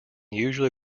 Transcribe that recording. usually